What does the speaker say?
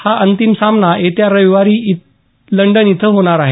हा अंतिम सामना येत्या रविवारी लंडन इथं होणार आहे